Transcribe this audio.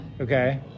okay